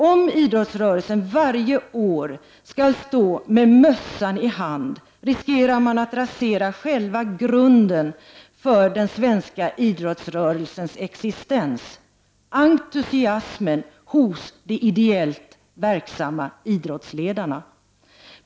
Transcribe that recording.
Om idrottsrörelsen varje år måste stå med mössan i hand riskerar man att rasera själva grunden för den svenska idrottsrörelsens existens — entusiasmen hos de ideellt verksamma idrottsledarna.